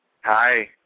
Hi